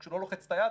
כשהוא לא לוחץ את היד,